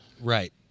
Right